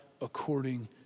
according